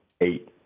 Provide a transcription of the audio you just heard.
eight